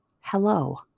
Hello